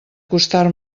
costar